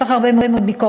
יש לך הרבה מאוד ביקורת.